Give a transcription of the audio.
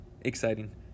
exciting